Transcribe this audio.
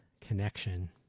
connection